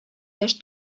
яшь